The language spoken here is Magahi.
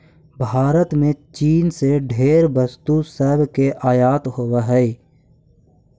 भारत में चीन से ढेर वस्तु सब के आयात होब हई